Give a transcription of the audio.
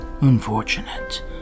Unfortunate